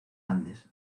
andes